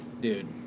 dude